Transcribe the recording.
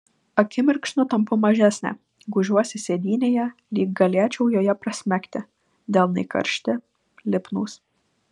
akimirksniu tampu mažesnė gūžiuosi sėdynėje lyg galėčiau joje prasmegti delnai karšti lipnūs